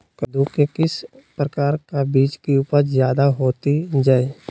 कददु के किस प्रकार का बीज की उपज जायदा होती जय?